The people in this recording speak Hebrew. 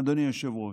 אדוני היושב-ראש,